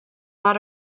not